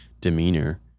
demeanor